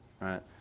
right